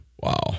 Wow